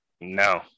no